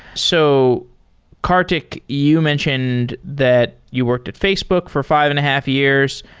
so karthik, you mentioned that you worked at facebook for fi ve and a half years.